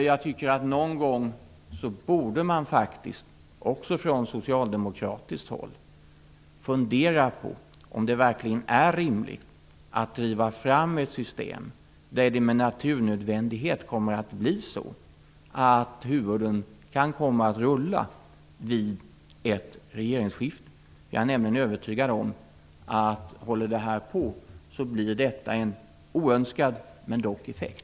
Jag tycker att man någon gång, också från socialdemokratiskt håll, borde fundera på om det verkligen är rimligt att driva fram ett system där det med naturnödvändighet kommer att bli så att huvuden kommer att rulla vid ett regeringsskifte. Jag är nämligen övertygad om att om detta får fortsätta kommer det att bli en oönskad men dock effekt.